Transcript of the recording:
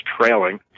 trailing